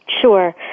Sure